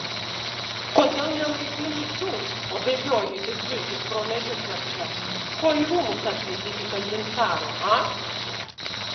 kodėl nelaikai mišių o bėgioji it zuikis pro medžius slapčia ko į rūmus atlėkei įkandin caro a